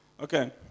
Okay